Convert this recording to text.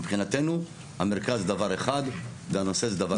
מבחינתו המרכז דבר אחד והנושא זה דבר אחד.